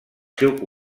seu